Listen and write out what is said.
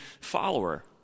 follower